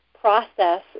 process